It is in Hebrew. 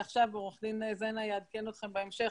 עורך דין זנה יעדכן אתכם בהמשך,